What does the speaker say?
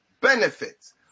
Benefits